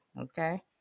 okay